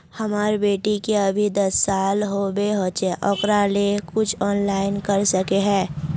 हमर बेटी के अभी दस साल होबे होचे ओकरा ले कुछ ऑनलाइन कर सके है?